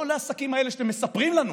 כל העסקים האלה שאתם מספרים לנו